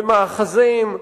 במאחזים,